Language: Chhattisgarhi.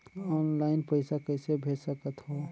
ऑनलाइन पइसा कइसे भेज सकत हो?